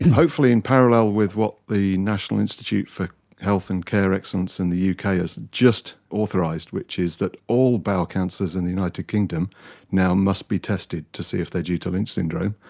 hopefully in parallel with what the national institute for health and care excellence in the yeah uk ah has just authorised, which is that all bowel cancers in the united kingdom now must be tested to see if they're due to lynch syndrome.